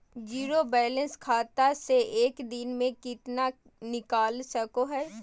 Zero balance खाता से एक दिन में कितना निकाल सको है?